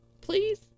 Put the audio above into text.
Please